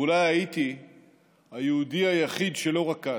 ואולי הייתי היהודי היחיד שלא רקד.